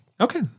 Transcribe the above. Okay